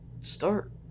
start